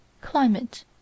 Climate